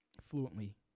fluently